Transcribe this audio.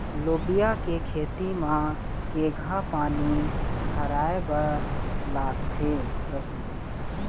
लोबिया के खेती म केघा पानी धराएबर लागथे?